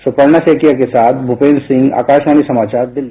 सुपर्णा सैकिया के साथ भूपेंद्र सिंह आकाशवाणी समाचार दिल्ली